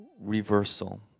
reversal